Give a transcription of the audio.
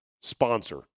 sponsor